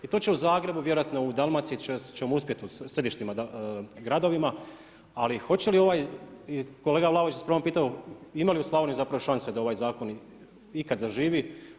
I to će u Zagrebu, vjerojatno u Dalmacije ćemo uspjeti u sjedištima gradova, ali hoće li ovaj kolega Vlaović je s pravom pitao, imali u Slavoniji šanse da ovaj zakon ikad zaživi?